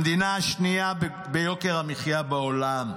המדינה השנייה ביוקר המחיה בעולם.